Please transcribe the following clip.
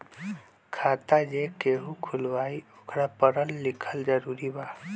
खाता जे केहु खुलवाई ओकरा परल लिखल जरूरी वा?